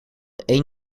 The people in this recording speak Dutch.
één